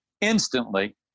instantly